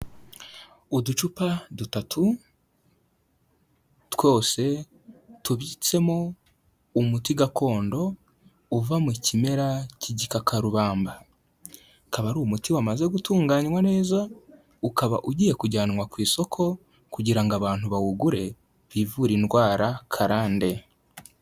Uducupa dutatu twose tubitsemo umuti gakondo uva mu kimera k'igikakarubamba, akaba ari umuti wamaze gutunganywa neza ukaba ugiye kujyanwa ku isoko kugira ngo abantu bawugure bivure indwara karande.